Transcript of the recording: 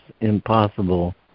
impossible